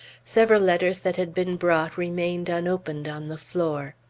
several letters that had been brought remained unopened on the floor.